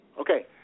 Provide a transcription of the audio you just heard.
Okay